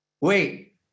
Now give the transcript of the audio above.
wait